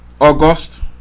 August